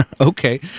Okay